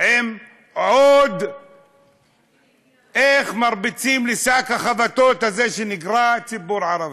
עם איך עוד מרביצים לשק החבטות הזה שנקרא הציבור הערבי.